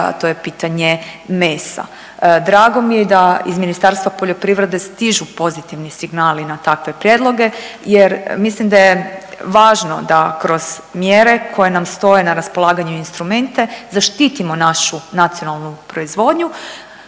to je pitanje mesa. Drago mi je da iz Ministarstva poljoprivrede stižu pozitivni signali na takve prijedloge jer mislim da je važno kroz mjere koje nam stoje na raspolaganju i instrumente zaštitimo našu nacionalnu proizvodnju